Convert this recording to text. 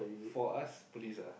for us police ah